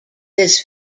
this